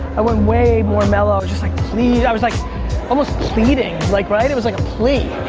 i went way more mellow, just like, plead, i was like almost pleading, like right? it was like a plea.